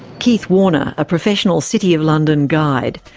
keith warner, a professional city of london guide.